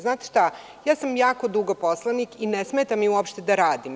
Znate šta, ja sam dugo poslanik i ne smeta mi uopšte da radim.